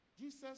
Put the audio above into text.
Jesus